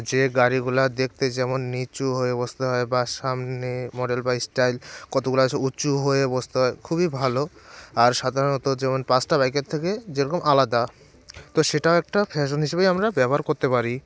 যে গাড়িগুলো দেখতে যেমন নিচু হয়ে বসতে হয় বা সামনে মডেল বাইক স্টাইল কতগুলো আছে উঁচু হয়ে বসতে হয় খুবই ভালো আর সাধারণত যেমন পাঁচটা বাইকের থেকে যেরকম আলাদা তো সেটাও একটা ফ্যাশন হিসেবেই আমরা ব্যবহার করতে পারি